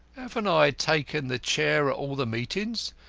haven't i taken the chair at all the meetings?